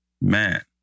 Man